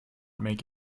make